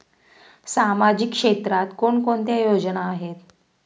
सामाजिक क्षेत्रात कोणकोणत्या योजना आहेत?